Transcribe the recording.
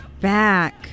back